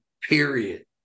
Period